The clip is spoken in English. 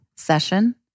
Session